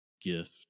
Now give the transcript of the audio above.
Gift